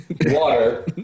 water